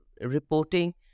reporting